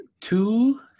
two